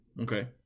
Okay